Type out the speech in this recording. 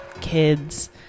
kids